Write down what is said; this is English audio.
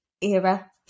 era